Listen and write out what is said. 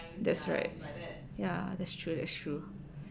that's right ya that's true that's true